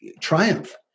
triumph